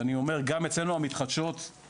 ואני אומר גם אצלנו המתחדשות הוא